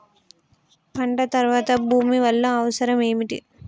పంట తర్వాత భూమి వల్ల అవసరం ఏమిటి?